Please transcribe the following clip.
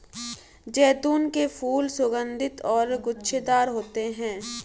जैतून के फूल सुगन्धित और गुच्छेदार होते हैं